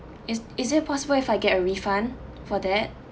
is is it possible if I get a refund for that